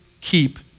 keep